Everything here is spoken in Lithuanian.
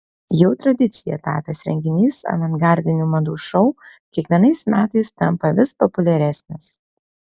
jau tradicija tapęs renginys avangardinių madų šou kiekvienais metais tampa vis populiaresnis